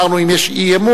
אמרנו: אם יש אי-אמון,